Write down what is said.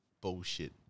Bullshit